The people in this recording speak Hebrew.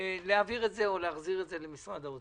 להחזיר את הרשות למשרד האוצר.